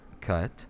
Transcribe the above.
Cut